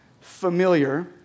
familiar